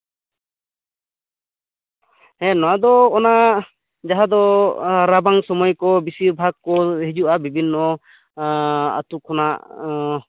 ᱦᱮᱸ ᱱᱚᱣᱟ ᱫᱚ ᱚᱱᱟ ᱡᱟᱦᱟᱸ ᱫᱚ ᱨᱟᱵᱟᱝ ᱥᱚᱢᱚᱭ ᱠᱚ ᱵᱤᱥᱤᱨ ᱵᱷᱟᱜᱽ ᱠᱚ ᱦᱤᱡᱩᱜᱼᱟ ᱵᱤᱵᱷᱤᱱᱱᱚ ᱟᱛᱳ ᱠᱷᱚᱱᱟᱜ